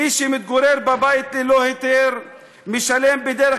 מי שמתגורר בבית ללא היתר משלם בדרך